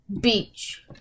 beach